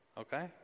Okay